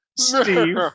Steve